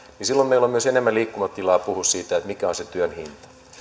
silloin meillä on myös enemmän liikkumatilaa puhua siitä mikä on se työn hinta